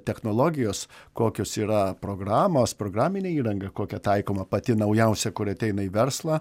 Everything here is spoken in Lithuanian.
technologijos kokios yra programos programinė įranga kokia taikoma pati naujausia kuri ateina į verslą